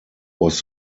was